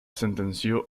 sentenció